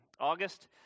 August